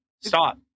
Stop